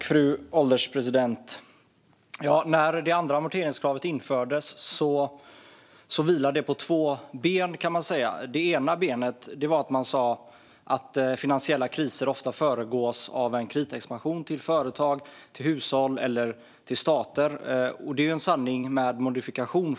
Fru ålderspresident! När det andra amorteringskravet infördes vilade det på två ben, kan man säga. Det ena var att man sa att finansiella kriser ofta föregås av en kreditexpansion till hushåll, företag eller stater. Det är en sanning med modifikation.